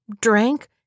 drank